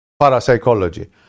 Parapsychology